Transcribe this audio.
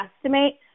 estimate